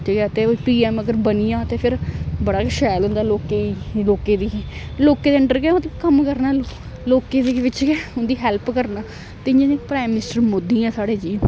केह् पीएम अगर बनी जा ते फिर बड़ा गै शैल होंदा लोकें लोकें दी लोकें दे अडर गै कम्म करना लोकें बिच गै उंदी हैल्प करना ते इयां प्राइम मिनिस्टर मोदी ऐ साढ़े जी